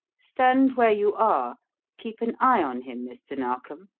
stand where you are keep an eye on him, mr. narkom.